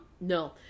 no